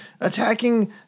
attacking